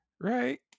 Right